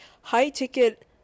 high-ticket